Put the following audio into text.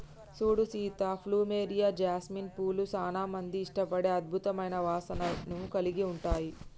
సూడు Sita plumeria, jasmine పూలు సానా మంది ఇష్టపడే అద్భుతమైన వాసనను కలిగి ఉంటాయి